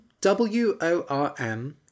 W-O-R-M